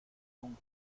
con